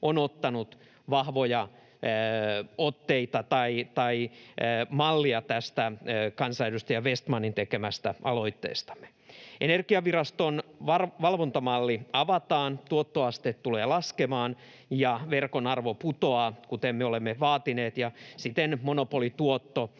on ottanut vahvoja otteita tai mallia tästä kansanedustaja Vestmanin tekemästä aloitteestamme. Energiaviraston valvontamalli avataan, tuottoaste tulee laskemaan ja verkon arvo putoaa, kuten me olemme vaatineet, ja siten monopolituotto